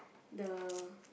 the